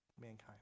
mankind